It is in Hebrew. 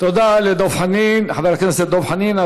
תודה לחבר הכנסת דב חנין.